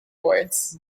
boards